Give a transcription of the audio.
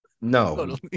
no